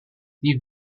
die